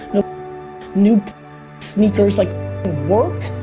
no new sneakers. like work,